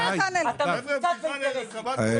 אתה מפוצץ באינטרסים,